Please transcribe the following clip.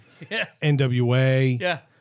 NWA